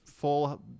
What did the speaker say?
full